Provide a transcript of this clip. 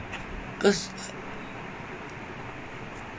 they like the best of the best it's like very